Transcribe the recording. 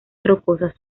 rocosas